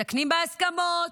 מתקנים בהסכמות,